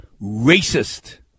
racist